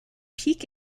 peak